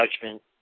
judgment